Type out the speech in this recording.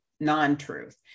non-truth